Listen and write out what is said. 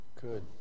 Good